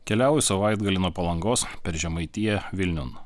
keliauju savaitgalį nuo palangos per žemaitiją vilniun